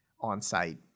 on-site